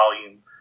volume